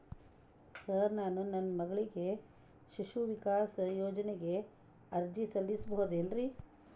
Sir ನಾನು ನನ್ನ ಮಗಳಿಗೆ ಶಿಶು ವಿಕಾಸ್ ಯೋಜನೆಗೆ ಅರ್ಜಿ ಸಲ್ಲಿಸಬಹುದೇನ್ರಿ?